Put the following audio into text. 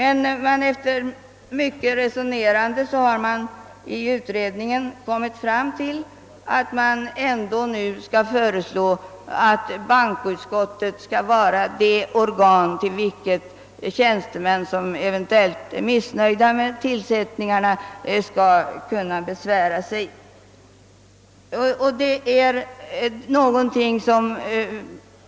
Efter mycket resonerande har man inom utredningen beslutat sig för att bankoutskottet skall vara det organ hos vilket tjänstemän som eventuellt är missnöjda med tillsättningarna skall kunna besvära sig.